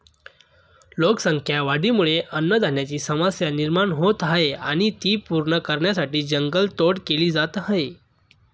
लोकसंख्या वाढीमुळे अन्नधान्याची समस्या निर्माण होत आहे आणि ती पूर्ण करण्यासाठी जंगल तोड केली जात आहे